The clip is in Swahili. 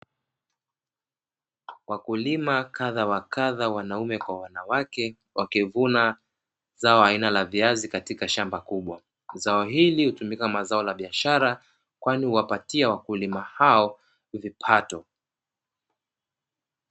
Wakulima kadha wa kadha wanaume kwa wanawake, wakivuna zao aina ya viazi katika shamba kubwa. Zao hutumika kama zao la biashara kwani huwapatia wakulima hao vipato.